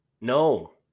No